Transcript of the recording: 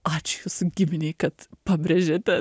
ačiū jūsų giminei kad pabrėžiate